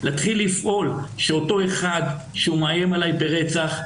להתחיל לפעול שאותו אחד שהוא מאיים עליי ברצח,